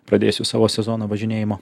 pradėsiu savo sezoną važinėjimo